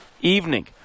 evening